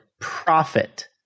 profit